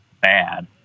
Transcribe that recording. bad